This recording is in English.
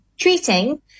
treating